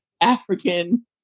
african